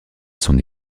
son